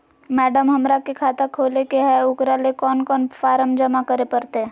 Madam, हमरा के खाता खोले के है उकरा ले कौन कौन फारम जमा करे परते?